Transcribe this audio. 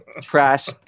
Trash